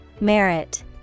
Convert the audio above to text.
Merit